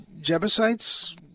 Jebusites